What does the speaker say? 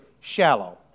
shallow